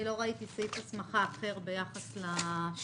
לא ראיתי סעיף הסמכה אחר ביחס לשיעור.